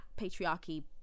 patriarchy